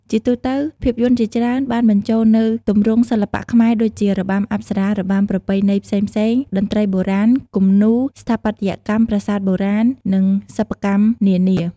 ជាទូទៅភាពយន្តជាច្រើនបានបញ្ចូលនូវទម្រង់សិល្បៈខ្មែរដូចជា របាំអប្សរា របាំប្រពៃណីផ្សេងៗ តន្ត្រីបុរាណ គំនូរ ស្ថាបត្យកម្មប្រាសាទបុរាណ និងសិប្បកម្មនានា ។